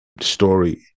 story